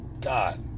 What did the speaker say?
God